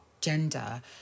gender